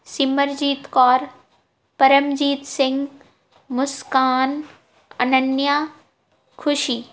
ਸਿਮਰਜੀਤ ਕੌਰ ਪਰਮਜੀਤ ਸਿੰਘ ਮੁਸਕਾਨ ਅਨੰਨਿਆ ਖੁਸ਼ੀ